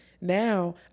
Now